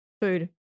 food